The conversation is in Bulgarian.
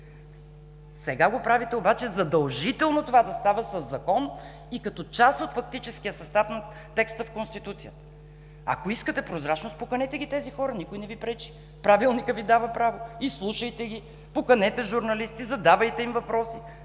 Сега правите обаче задължително това да става със Закон и като част от фактическия състав на текста в Конституцията. Ако искате прозрачност, поканете ги тези хора, никой не Ви пречи! Правилникът Ви дава право – изслушайте ги, поканете журналисти, задавайте им въпроси.